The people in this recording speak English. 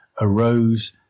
arose